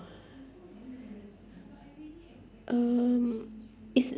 um is